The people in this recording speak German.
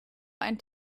ein